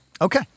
okay